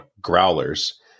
growlers